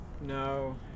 No